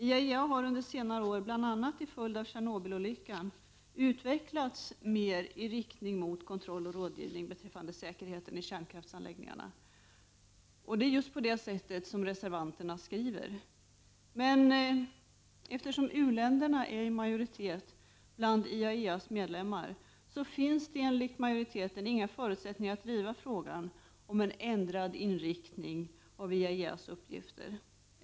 IAEA har under senare år, bl.a. , till följd av Tjernobylolyckan, utvecklats mer i riktning mot kontroll och rådgivning beträffande säkerheten i kärnkraftsanläggningarna på det sätt som reservanterna skriver. Men då u-länderna är i majoritet bland IAEA:s medlemmar så finns det enligt utskottsmajoriteten inga förutsättningar att driva frågan om en ändrad inriktning i IAEA:s uppgifter.